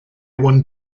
won